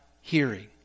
hearing